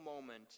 moment